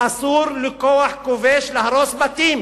אסור לכוח כובש להרוס בתים.